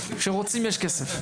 כשרוצים יש כסף.